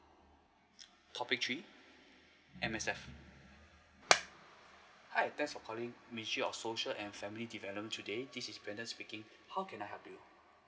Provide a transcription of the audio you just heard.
topic three M_S_F hi thanks for calling ministry of social and family development today this is brandon speaking how can I help you